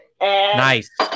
Nice